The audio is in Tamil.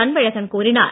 அன்பழகன் கூறினார்